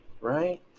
right